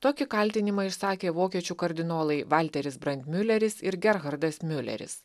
tokį kaltinimą išsakė vokiečių kardinolai valteris brant miuleris ir gerhardas miuleris